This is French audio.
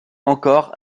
encore